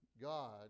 God